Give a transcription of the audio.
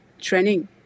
training